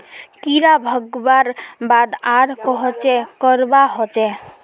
कीड़ा भगवार बाद आर कोहचे करवा होचए?